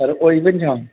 sir होई पंछान